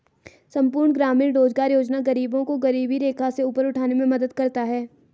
संपूर्ण ग्रामीण रोजगार योजना गरीबों को गरीबी रेखा से ऊपर उठाने में मदद करता है